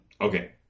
Okay